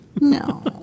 No